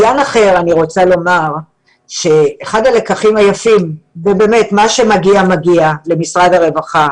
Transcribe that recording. אחד הלקחים היפים ובאמת, מה שמגיע למשרד הרווחה